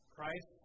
Christ